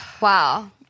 Wow